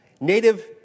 native